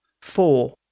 Four